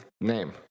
name